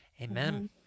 Amen